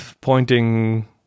pointing